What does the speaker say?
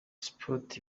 sports